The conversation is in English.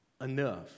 enough